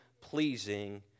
pleasing